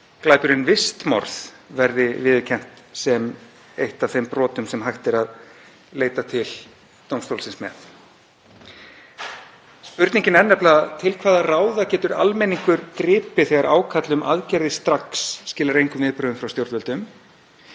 glæpurinn vistmorð verði viðurkenndur sem eitt af þeim brotum sem hægt er að leita til dómstólsins með. Spurningin er nefnilega: Til hvaða ráða getur almenningur gripið þegar ákall um aðgerðir strax skilar engum viðbrögðum frá stjórnvöldum?